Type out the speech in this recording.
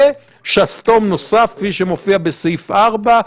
ושסתום נוסף כפי שמופיע בסעיף 4,